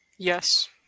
Yes